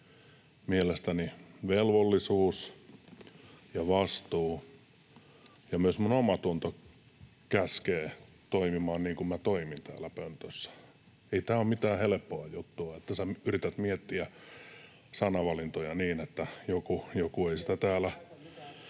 mielestäni velvollisuus ja vastuu, ja myös minun omatuntoni käskee toimimaan niin kuin minä toimin täällä pöntössä. Ei tämä ole mitään helppoa juttua, että sinä yrität miettiä sanavalintoja niin, että joku ei sitä täällä